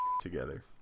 together